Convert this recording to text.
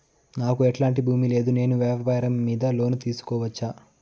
నాకు ఎట్లాంటి భూమి లేదు నేను వ్యాపారం మీద లోను తీసుకోవచ్చా?